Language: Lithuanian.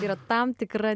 yra tam tikra